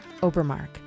Obermark